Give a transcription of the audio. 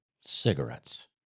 Cigarettes